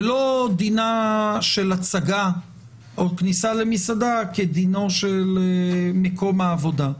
ולא דינה של הצגה או כניסה למסעדה כדינו של מקום העבודה.